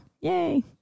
Yay